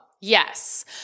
Yes